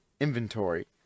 inventory